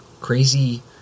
crazy